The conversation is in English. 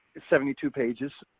it's seventy two pages.